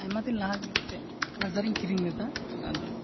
ᱟᱭᱢᱟᱫᱤᱱ ᱞᱟᱦᱟᱜᱮ ᱢᱤᱫᱴᱮᱡ ᱞᱟᱡᱟᱨᱤᱧ ᱠᱤᱨᱤᱧ ᱞᱮᱫᱟ ᱟᱫᱚ